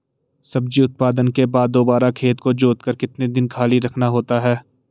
सब्जी उत्पादन के बाद दोबारा खेत को जोतकर कितने दिन खाली रखना होता है?